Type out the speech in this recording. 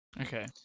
okay